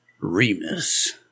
Remus